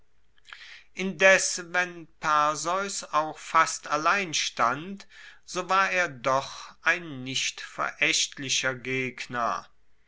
indes wenn perseus auch fast allein stand so war er doch ein nicht veraechtlicher gegner